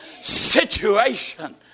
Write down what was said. situation